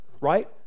right